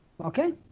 Okay